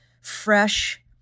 fresh